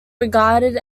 regarded